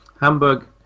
hamburg